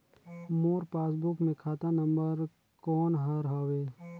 मोर passbook मे खाता number कोन हर हवे?